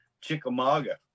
Chickamauga